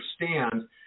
understand